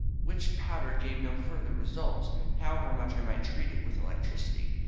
which powder gave no further results, however much i might treat it with electricity.